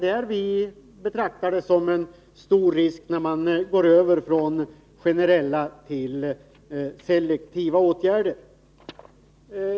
Detta betraktar vi som en stor risk när man går över från generella till selektiva åtgärder.